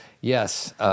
Yes